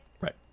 right